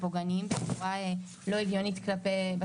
החוק הזה לא קובע כבר מראש שהדבר הזה יקרה.